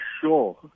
sure